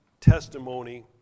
testimony